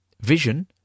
Vision